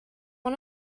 one